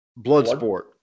Bloodsport